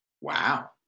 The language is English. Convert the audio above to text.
Wow